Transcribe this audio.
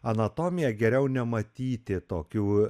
anatomiją geriau nematyti tokių